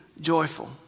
joyful